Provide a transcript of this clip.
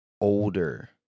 older